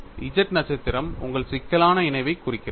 Z நட்சத்திரம் உங்கள் சிக்கலான இணைவைக் குறிக்கிறது